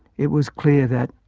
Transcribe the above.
it was clear that,